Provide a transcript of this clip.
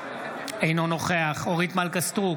אינו נוכח אורית מלכה סטרוק,